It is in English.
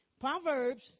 Proverbs